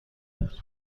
راویولی